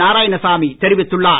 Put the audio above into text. நாராயணசாமி தெரிவித்துள்ளார்